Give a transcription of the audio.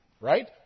right